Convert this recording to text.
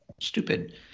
stupid